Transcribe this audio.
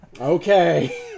Okay